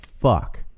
fuck